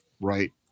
Right